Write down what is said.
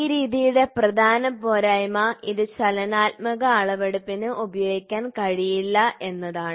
ഈ രീതിയുടെ പ്രധാന പോരായ്മ ഇത് ചലനാത്മക അളവെടുപ്പിന് ഉപയോഗിക്കാൻ കഴിയില്ല എന്നതാണ്